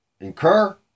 Incur